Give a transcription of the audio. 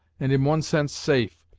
and, in one sense, safe.